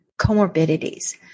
comorbidities